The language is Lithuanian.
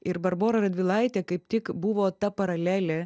ir barbora radvilaitė kaip tik buvo ta paralelė